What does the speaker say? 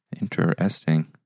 Interesting